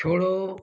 छोड़ो